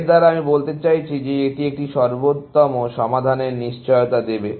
এর দ্বারা আমি বলতে চাইছি যে এটি একটি সর্বোত্তম সমাধানের নিশ্চয়তা দেবে